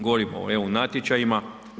Govorimo o eu natječajima.